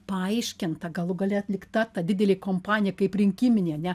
paaiškinta galų gale atlikta ta didelė kompanija kaip rinkiminė ane